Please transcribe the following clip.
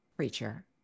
preacher